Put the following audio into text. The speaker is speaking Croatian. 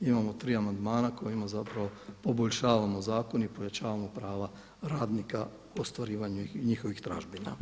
Imamo tri amandmana kojima zapravo poboljšavamo zakon i pojačavamo prava radnika u ostvarivanju njihovih tražbina.